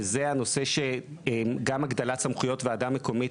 וזה הנושא של הגדלת סמכויות ועדה מקומית